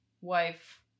wife